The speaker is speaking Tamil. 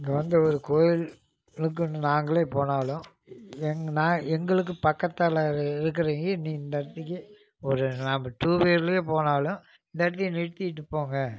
இங்கே வந்து ஒரு கோயிலுக்குன்னு நாங்களே போனாலும் எங் நான் எங்களுக்கு பக்கத்தால இருக்கிற நீ இந்த இடத்திக்கி ஒரு நாம டூவீலர்லே போனாலும் இந்த இடத்துக்கு நிறுத்திட்டு போங்க